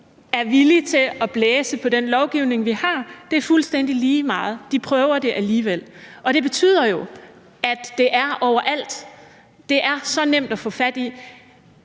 er villig til at blæse på den lovgivning, vi har. Det er fuldstændig lige meget, de prøver det alligevel. Det betyder jo, at det er overalt. Det er så nemt at få fat i.